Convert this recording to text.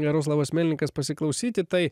jaroslavas melnikas pasiklausyti tai